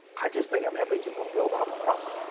i just think i'm helping to fulfill bible prophecy.